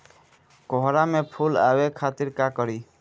कोहड़ा में फुल आवे खातिर का करी?